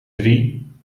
drie